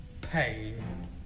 Pain